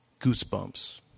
goosebumps